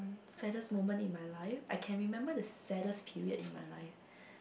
saddest moment in my life I can remember the saddest period in my life